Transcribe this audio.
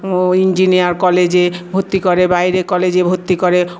ও engineer কলেজের ভভর্তি করে বাইরে কলেজে ভর্তি করে